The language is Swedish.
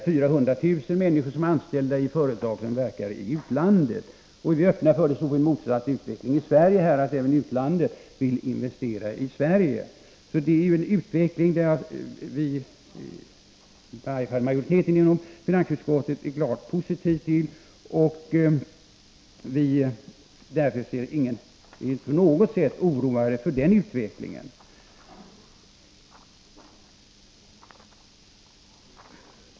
400 000 människor som är anställda i svenska företag verkar i utlandet, och vi är öppna för motsvarande utveckling här, dvs. att utländska företag investerar i Sverige. Det är en utveckling som i varje fall majoriteten inom finansutskottet är klart positiv till. Vi är på inget sätt oroade för den utvecklingen.